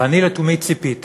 ואני לתומי ציפיתי